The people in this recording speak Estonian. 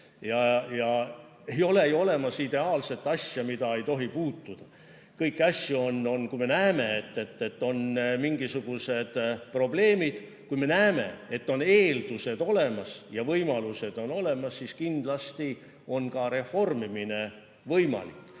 Ei ole ju olemas ideaalset asja, mida ei tohi puutuda. Kui me näeme, et on mingisugused probleemid, kui me näeme, et on eeldused olemas ja võimalused olemas, siis kindlasti on ka reformimine võimalik. Ja